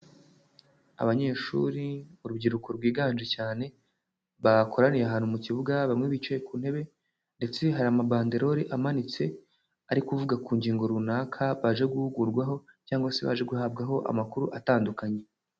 Abanyeshuri, urubyiruko rwiganje cyane, bakoraniye ahantu mu kibuga bamwe bicaye ku ntebe ndetse hari amabandelori amanitse, ari kuvuga ku ngingo runaka baje guhugurwaho cyangwa se baje guhabwaho amakuru atandukanye.